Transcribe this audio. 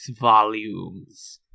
volumes